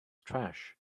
trash